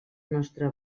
nostre